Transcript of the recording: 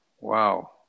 Wow